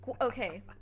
Okay